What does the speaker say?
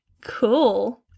Cool